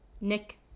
Nick